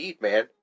man